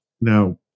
Now